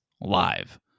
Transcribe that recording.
live